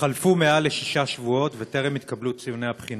חלפו מעל שישה שבועות וטרם התקבלו ציוני הבחינה.